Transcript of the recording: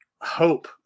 hope